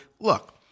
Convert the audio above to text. Look